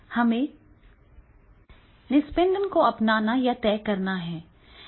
हमें निस्पंदन को अपनाना और तय करना है